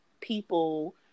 people